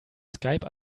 skype